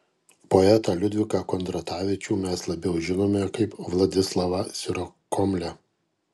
poetą liudviką kondratavičių mes labiau žinome kaip vladislavą sirokomlę